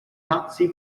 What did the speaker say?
nazi